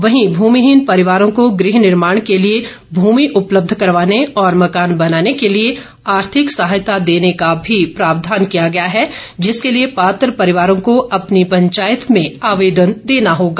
वहीं भूमिहीन परिवारों को गृह निर्माण के लिए भूमि उपलब्ध करवाने और मकान बनाने के लिए आर्थिक सहायता देने का भी प्रावधान किया गया है जिसके लिए पात्र परिवारों को अपनी पंचायत में आवेदन देना होगा